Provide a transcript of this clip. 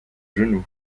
genou